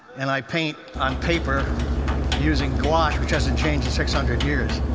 and i paint on paper using gouache, which hasn't changed in six hundred years.